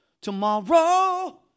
Tomorrow